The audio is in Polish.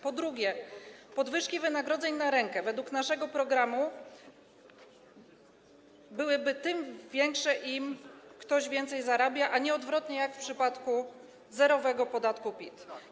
Po drugie, podwyżki wynagrodzeń na rękę według naszego programu byłyby tym większe, im więcej ktoś zarabia, a nie odwrotnie, jak w przypadku zerowego podatku PIT.